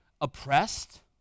oppressed